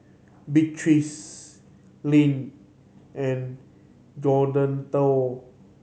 Beatrice Leann and Johnathon